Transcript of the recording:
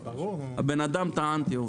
הבן אדם טען טיעון,